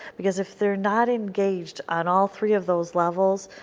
because if they are not engaged on all three of those levels,